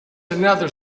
another